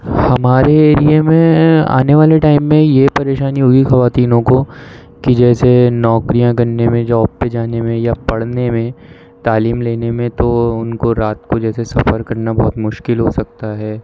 ہمارے ایریے میں آنے والے ٹائم میں یہ پریشانی ہوئی خواتینوں کو کہ جیسے نوکریاں کرنے میں جاب پہ جانے میں یا پڑھنے میں تعلیم لینے میں تو ان کو رات کو جیسے سفر کرنا بہت مشکل ہو سکتا ہے